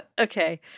Okay